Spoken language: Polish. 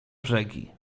brzegi